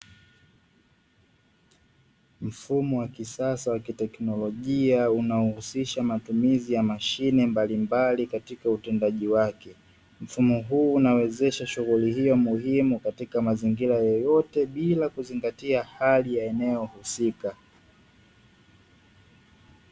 Mfumo wa kisasa wa kitekonolojia unaohusisha matumizi ya mashine mbalimbali katika utendaji wake. Mfumo huu unawezesha shughuli hiyo muhimu katika mazingira yoyote, bila kuzingatia hali ya eneo husika.